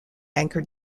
anchor